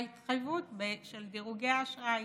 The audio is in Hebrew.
ההתחייבות של דירוגי האשראי.